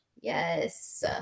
yes